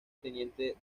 teniente